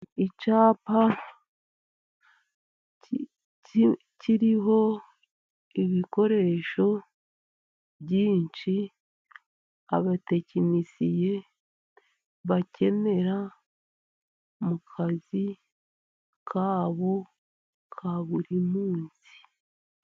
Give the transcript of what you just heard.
Icyapa kiriho ibikoresho byinshi abatekinisiye bakenera mu kazi kabo ka buri munsi.